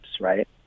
right